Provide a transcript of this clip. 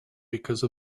because